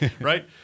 right